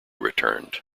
returned